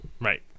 right